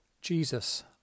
Jesus